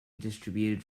distributed